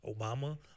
Obama